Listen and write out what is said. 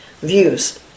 views